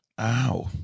Ow